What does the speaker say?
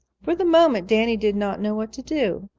for the moment danny did not know what to do.